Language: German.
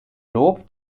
lob